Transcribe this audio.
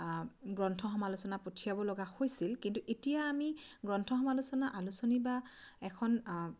আ গ্ৰন্থ সমালোচনা পঠিয়াব লগা হৈছিল কিন্তু এতিয়া আমি গ্ৰন্থ সমালোচনা আলোচনী বা এখন আ